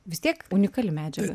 vis tiek unikali medžiaga